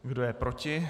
Kdo je proti?